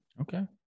Okay